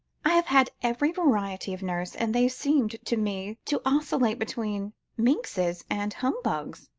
i have had every variety of nurse, and they seemed to me to oscillate between minxes and humbugs,